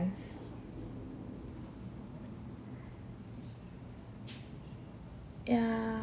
yeah